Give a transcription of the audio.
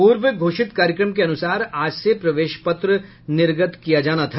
पूर्व घोषित कार्यक्रम के अनुसार आज से प्रवेश पत्र निर्गत किया जाना था